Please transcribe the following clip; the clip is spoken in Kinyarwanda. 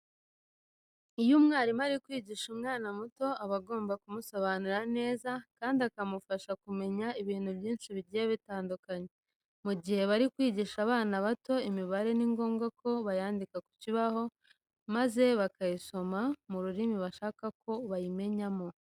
Iyo umwarimu ari kwigisha umwana muto aba agomba kumusobanurira neza kandi akanamufasha kumenya ibintu byinshi bigiye bitandukanye. Mu gihe bari kwigisha abana bato imibare ni ngombwa ko bayandika ku kibaho maze bakayisoma mu rurimi bashaka ko bayimenyamo.